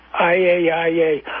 IAIA